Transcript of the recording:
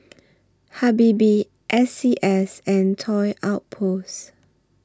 Habibie S C S and Toy Outpost